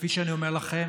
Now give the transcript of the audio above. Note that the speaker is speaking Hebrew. וכפי שאני אומר לכם,